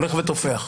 הולך ותופח.